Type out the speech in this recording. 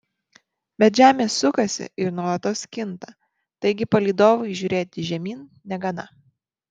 bet žemė sukasi ir nuolatos kinta taigi palydovui žiūrėti žemyn negana